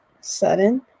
sudden